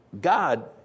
God